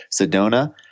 Sedona